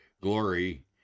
Glory